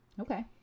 okay